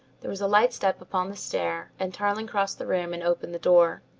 there was a light step upon the stair and tarling crossed the room and opened the door.